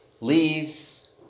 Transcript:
leaves